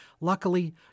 Luckily